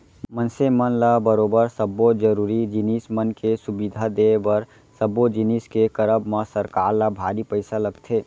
मनसे मन ल बरोबर सब्बो जरुरी जिनिस मन के सुबिधा देय बर सब्बो जिनिस के करब म सरकार ल भारी पइसा लगथे